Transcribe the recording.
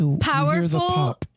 powerful